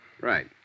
Right